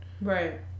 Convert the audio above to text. Right